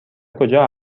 کجا